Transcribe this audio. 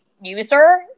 user